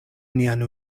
nian